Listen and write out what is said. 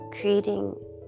creating